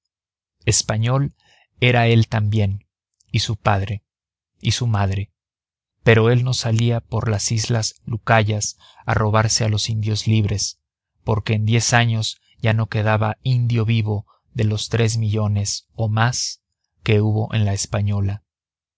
español era él también y su padre y su madre pero él no salía por las islas lucayas a robarse a los indios libres porque en diez años ya no quedaba indio vivo de los tres millones o más que hubo en la española